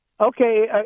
Okay